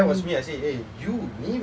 நானும் பாத்தேன்:naanum paathen